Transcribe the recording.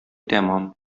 тәмам